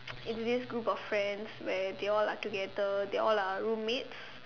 is this group of friends where they all are together they all are roommates